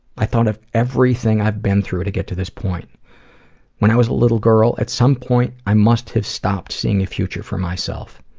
i thought of everything i've been through to get to this point when i was a little girl, at some point, i must have stopped seeing a future for myself.